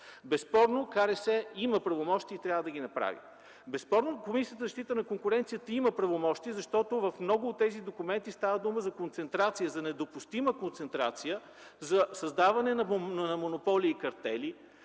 на съобщенията има правомощия и трябва да ги направи, безспорно Комисията за защита на конкуренцията има правомощия, защото в много от тези документи става дума за концентрация, за недопустима концентрация за създаване на монополи и картели,